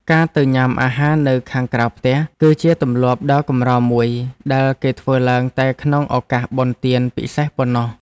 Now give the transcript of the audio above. ការទៅញ៉ាំអាហារនៅខាងក្រៅផ្ទះ គឺជាទម្លាប់ដ៏កម្រមួយដែលគេធ្វើឡើងតែក្នុងឱកាសបុណ្យទានពិសេសប៉ុណ្ណោះ។